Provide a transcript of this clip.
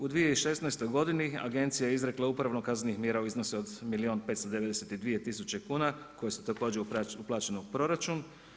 U 2016. godini agencija je izrekla upravno kaznenih mjera u iznosu od milijun 592 tisuće kuna koje su također uplaćene u proračun.